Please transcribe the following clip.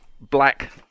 black